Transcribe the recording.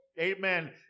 Amen